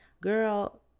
Girl